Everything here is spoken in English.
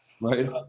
Right